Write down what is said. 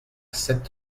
sept